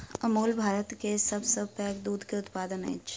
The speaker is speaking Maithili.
अमूल भारत के सभ सॅ पैघ दूध के उत्पादक अछि